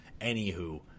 anywho